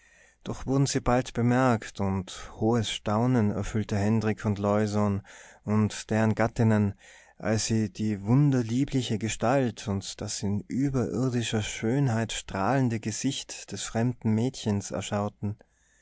doch wurden sie bald bemerkt und hohes staunen erfüllte hendrik und leusohn und deren gattinnen als sie die wunderliebliche gestalt und das in überirdischer schönheit strahlende gesicht des fremden mädchens erschauten